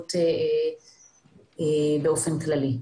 המדיניות באופן כללי.